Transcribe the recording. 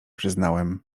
przyznałem